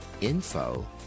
info